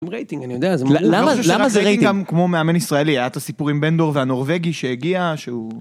למה למה גם כמו מאמן ישראלי את הסיפורים בין דור והנורבגי שהגיע שהוא.